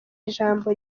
ijambo